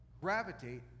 gravitate